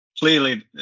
Clearly